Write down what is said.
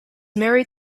married